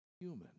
human